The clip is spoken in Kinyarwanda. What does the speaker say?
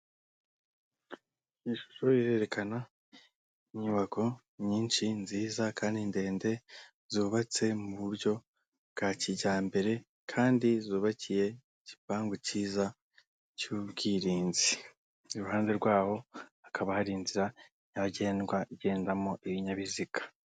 Ishuri rirerekana inyubako nyinshi nziza kandi ndende zubatse mu buryo bwa kijyambere kandi zubakiye igipangu cyiza cy'ubwirinzi, iruhande rwaho hakaba hari inzira nyabagendwa igendamo ibinyabiziga.